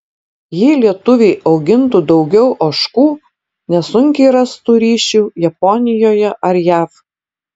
jei lietuviai augintų daugiau ožkų nesunkiai rastų ryšių japonijoje ar jav